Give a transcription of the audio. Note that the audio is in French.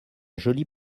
jolie